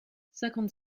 cinquante